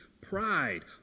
pride